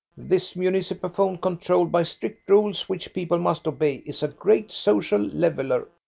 this municipaphone controlled by strict rules which people must obey is a great social leveller.